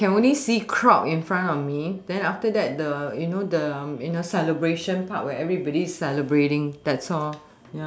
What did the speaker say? I can only see crowd in front of me then after that the you know the you know celebration part where everybody celebrating that's all